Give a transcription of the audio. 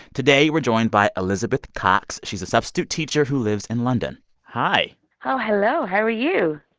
today, we're joined by elizabeth cox. she's a substitute teacher who lives in london hi oh, hello. how are you?